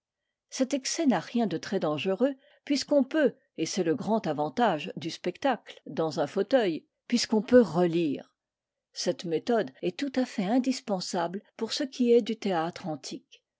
cet excès n'a rien de très dangereux puisqu'on peut et c'est le grand avantage du spectacle dans un fauteuil puisqu'on peut relire cette méthode est tout à fait indispensable pour ce qui est du théâtre antique